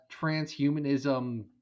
transhumanism